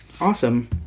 awesome